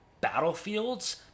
battlefields